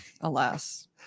Alas